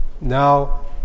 Now